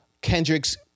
Kendrick's